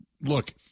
look